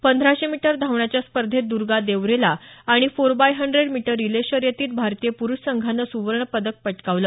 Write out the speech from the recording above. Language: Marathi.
पंधराशे मीटर धावण्याच्या स्पर्धेत दुर्गा देवरेला आणि four by hundred metre relay शर्यतीत भारतीय प्रुष संघानं स्वर्णपदक पटकावलं